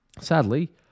sadly